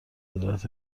قدرت